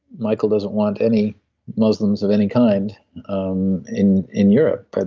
michael doesn't want any muslims of any kind um in in europe, but